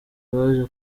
baje